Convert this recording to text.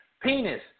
Penis